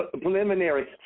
preliminary